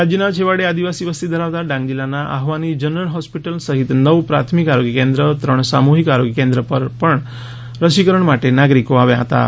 રાજ્યનાં છેવાડે આદિવાસી વસ્તી ધરાવતાં ડાંગ જિલ્લાનાં આહવાની જનરલ સિવિલ હોસ્પીટલ સહિત નવ પ્રાથમિક આરોગ્ય કેન્દ્ર ત્રણ સામૂહિક આરોગ્ય કેન્દ્ર પર રસીકરણ માટે નાગરીકો આવ્યા હતાં